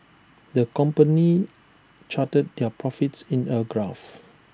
the company charted their profits in A graph